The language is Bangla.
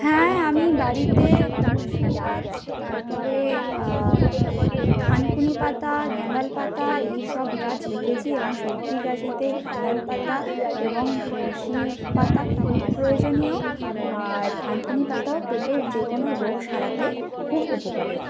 হ্যাঁ আমি বাড়িতে তুলসী গাছ তারপরে থানকুনি পাতা গ্যাঁদাল পাতা এইসব গাছ রেখেছি এবং সর্দি কাশিতে গ্যাঁদাল পাতা এবং তুলসী পাতা খুব প্রয়োজনীয় আর থানকুনি পাতাও পেটের যেকোনো রোগ সারাতে খুব উপকারি